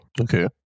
okay